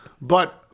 but-